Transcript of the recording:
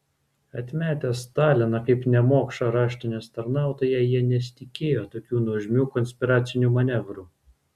atmetę staliną kaip nemokšą raštinės tarnautoją jie nesitikėjo tokių nuožmių konspiracinių manevrų